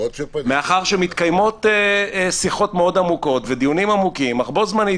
מאחר שמתקיימות שיחות מאוד עמוקות ודיונים עמוקים אך בו זמנית,